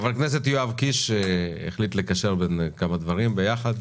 חבר הכנסת יואב קיש החליט לקשר בין כמה דברים ביחד.